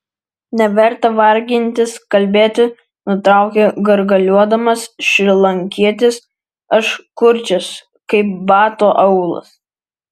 neverta vargintis kalbėti nutraukė gargaliuodamas šrilankietis aš kurčias kaip bato aulas